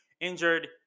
injured